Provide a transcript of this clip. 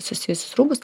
susijusius rūbus